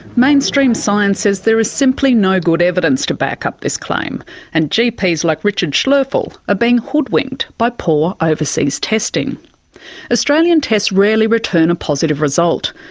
mainstream science says there is simply no good evidence to back up this claim and gps like richard schloeffel are ah being hoodwinked by poor overseas testing australian tests rarely return a positive result,